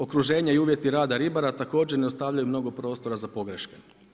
Okruženje i uvjeti rada ribara također ne ostavljaju mnogo prostora za pogreške.